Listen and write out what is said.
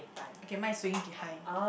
okay mine is swinging behind